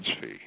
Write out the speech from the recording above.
fee